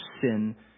sin